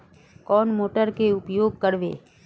कौन मोटर के उपयोग करवे?